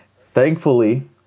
Thankfully